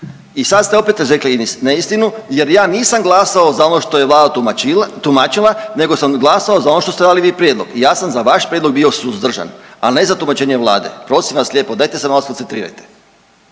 I sad ste opet izrekli neistinu jer ja nisam glasao za ono što je Vlada tumačila nego sam glasao za ono što ste vi dali prijedlog. I ja sam za vaš prijedlog bio suzdržan, a ne za tumačenje Vlade. Prosim vas lijepo dajte se malo skoncentrirajte.